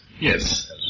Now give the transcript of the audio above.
Yes